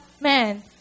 man